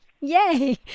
Yay